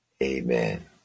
Amen